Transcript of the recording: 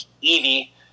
Evie